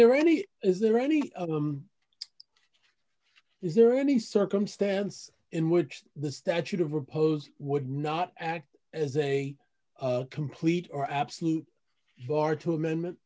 there any is there any is there any circumstance in which the statute of repose would not act as a complete or absolute bar to amendment